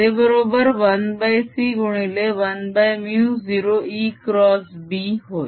ते बरोबर 1c गुणिले 1 μ0 ExB होय